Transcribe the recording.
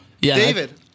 David